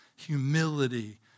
Humility